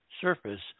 surface